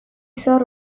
zor